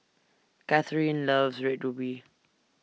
Kathyrn loves Red Ruby